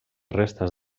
restes